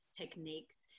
techniques